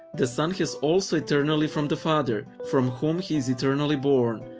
the son has also eternally from the father, from whom he is eternally born,